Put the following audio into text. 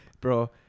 bro